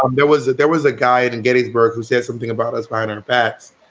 um there was that there was a guy at and gettysburg who said something about us behind our backs.